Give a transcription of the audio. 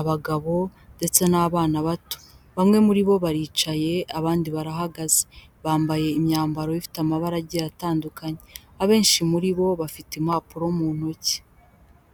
abagabo ndetse n'abana bato, bamwe muri bo baricaye abandi barahagaze, bambaye imyambaro ifite amabara agiye atandukanye, abenshi muri bo bafite impapuro mu ntoki.